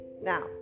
now